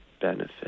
benefit